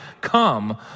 come